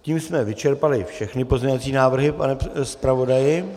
Tím jsme vyčerpali všechny pozměňovací návrhy, pane zpravodaji?